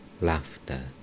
Laughter